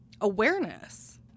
awareness